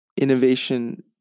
innovation